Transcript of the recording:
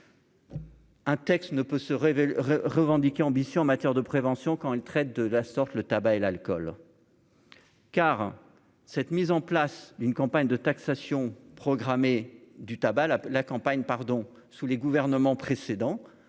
Un texte ne peut se révéler revendiqué ambitions en matière de prévention quand elle traite de la sorte, le tabac et l'alcool, car cette mise en place d'une campagne de taxation programmée du tabac là la campagne pardon sous les gouvernements précédents,